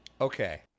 Okay